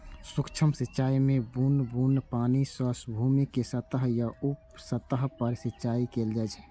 सूक्ष्म सिंचाइ मे बुन्न बुन्न पानि सं भूमिक सतह या उप सतह पर सिंचाइ कैल जाइ छै